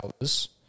hours